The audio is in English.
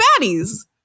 baddies